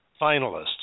finalists